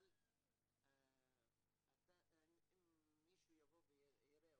אבל אם מישהו יבוא ויראה,